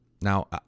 Now